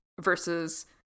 versus